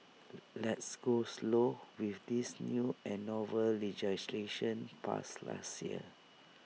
let's go slow with this new and novel legislation passed last year